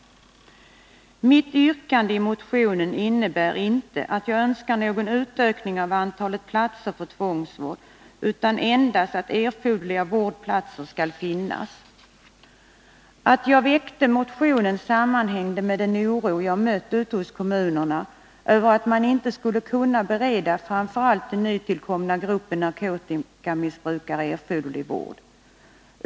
Mitt motionsyrkande innebär inte att jag önskar någon utökning av antalet platser för tvångsvård utan endast att erforderliga vårdplatser skall finnas. Att jag väckte motionen sammanhängde med den oro som jag mött i kommunerna över att man inte skall kunna bereda framför allt den nytillkomna gruppen narkotikamissbrukare erforderlig vård.